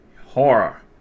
Horror